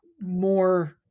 more